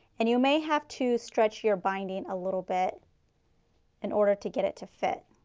and you may have to stretch your binding a little bit in order to get it to fit,